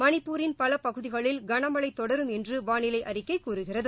மணிப்பூரின் பல பகுதிகளில் கனமழை தொடரும் என்று வானிலை அறிக்கை கூறுகிறது